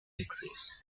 exist